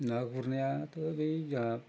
ना गुरनायाथ' बै जोंहा